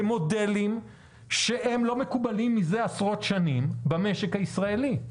במודלים שהם לא מקובלים מזה עשרות שנים במשק הישראלי.